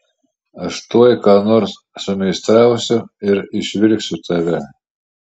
aš tuoj ką nors sumeistrausiu ir išvilksiu tave